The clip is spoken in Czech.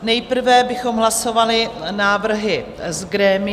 Nejprve bychom hlasovali návrhy z grémia.